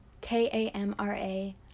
k-a-m-r-a